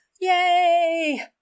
Yay